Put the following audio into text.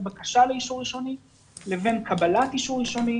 בקשה לאישור ראשני לבין קבלת אישור ראשוני.